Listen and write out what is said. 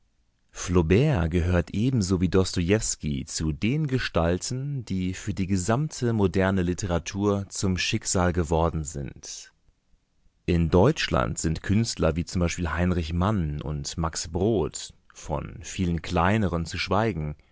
gehört ebenso wie dostojewski zu den gestalten die für die gesamte moderne literatur zum schicksal geworden sind in deutschland sind künstler wie z b heinrich mann und max brod von vielen kleineren zu schweigen